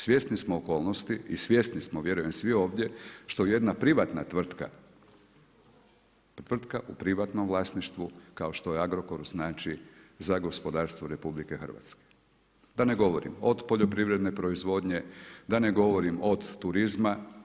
Svjesni smo okolnosti i svjesni smo vjerujem svi ovdje što jedna privatna tvrtka, tvrtka u privatnom vlasništvu kao što je Agrokor znači za gospodarstvo RH, da ne govorim od poljoprivredne proizvodnje, da ne govorim od turizma.